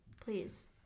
please